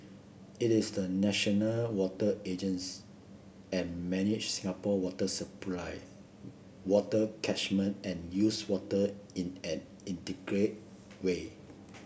it is the national water and manages Singapore water supply water catchment and used water in an integrated way